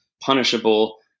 punishable